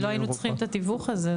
אם לא היינו צריכים את התיווך הזה,